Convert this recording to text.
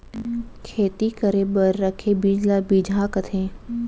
खेती करे बर रखे बीज ल बिजहा कथें